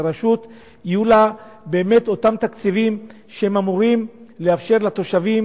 והרשות יהיו לה באמת אותם תקציבים שאמורים לאפשר לתושבים